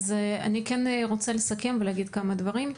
אני רוצה לסכם ולהגיד כמה דברים.